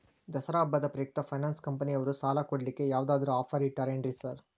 ದಸರಾ ಹಬ್ಬದ ಪ್ರಯುಕ್ತ ಫೈನಾನ್ಸ್ ಕಂಪನಿಯವ್ರು ಸಾಲ ಕೊಡ್ಲಿಕ್ಕೆ ಯಾವದಾದ್ರು ಆಫರ್ ಇಟ್ಟಾರೆನ್ರಿ ಸಾರ್?